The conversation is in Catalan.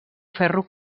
ferro